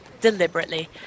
deliberately